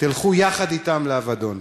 תלכו יחד אתם לאבדון,